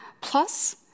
Plus